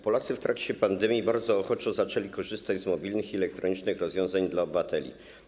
Polacy w trakcie pandemii bardzo ochoczo zaczęli korzystać z mobilnych i elektronicznych rozwiązań dla obywateli.